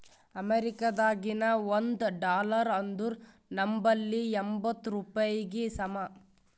ಅಮೇರಿಕಾದಾಗಿನ ಒಂದ್ ಡಾಲರ್ ಅಂದುರ್ ನಂಬಲ್ಲಿ ಎಂಬತ್ತ್ ರೂಪಾಯಿಗಿ ಸಮ